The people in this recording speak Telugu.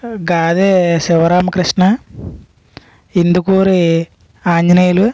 గాదె శివరామకృష్ణ ఇందుకూరి ఆంజనేయులు